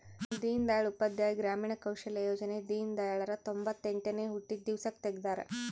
ದೀನ್ ದಯಾಳ್ ಉಪಾಧ್ಯಾಯ ಗ್ರಾಮೀಣ ಕೌಶಲ್ಯ ಯೋಜನೆ ದೀನ್ದಯಾಳ್ ರ ತೊಂಬೊತ್ತೆಂಟನೇ ಹುಟ್ಟಿದ ದಿವ್ಸಕ್ ತೆಗ್ದರ